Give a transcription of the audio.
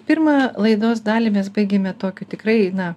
pirmąją laidos dalį mes baigėme tokiu tikrai na